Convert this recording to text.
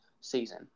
season